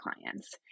clients